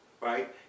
right